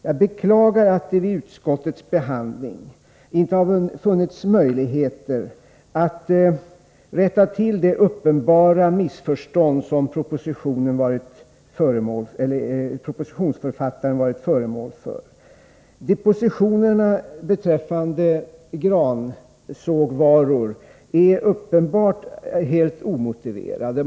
Jag beklagar att det vid utskottets behandling inte har funnits möjligheter att rätta till det uppenbara missförstånd som propositionsförfattaren varit utsatt för. Depositionerna beträffande gransågvaror är uppenbarligen helt omotiverade.